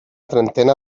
trentena